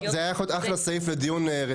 זה היה יכול להיות אחלה סעיף לדיון רציני.